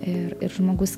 ir ir žmogus